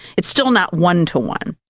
it's still not one to one.